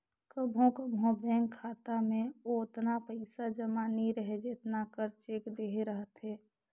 कभों कभों बेंक खाता में ओतना पइसा जमा नी रहें जेतना कर चेक देहे रहथे